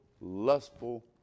lustful